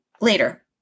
later